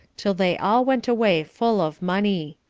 till they all went away full of money.